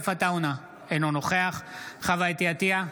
אינו נוכח חוה אתי עטייה,